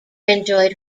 enjoyed